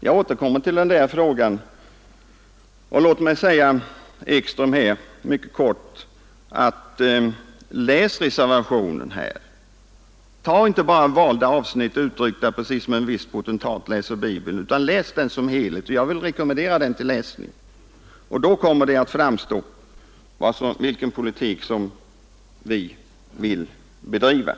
Jag återkommer till den frågan och vill mycket kort säga till herr Ekström: Läs reservationen — plocka inte bara ut valda uttryck och avsnitt precis som en viss potentat läser Bibeln! Det är vad jag vill rekommendera. Då kommer det att framstå för Er vilken politik vi vill bedriva.